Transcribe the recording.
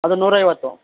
ಅದು ನೂರೈವತ್ತು